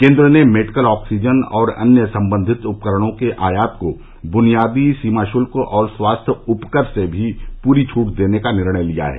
केंद्र ने medical oxygen और अन्य संबंधित उपकरणों के आयात को बुनियादी सीमा शुल्क और स्वास्थ्य उपकर से पूरी छूट देने का निर्णय लिया है